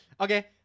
Okay